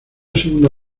segunda